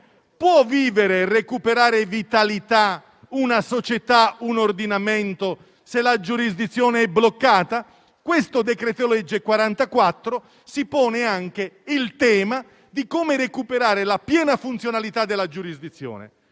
vivere e recuperare vitalità una società e un ordinamento se la giurisdizione è bloccata? Il decreto-legge n. 44 del 2021 si pone anche il tema di come recuperare la piena funzionalità della giurisdizione.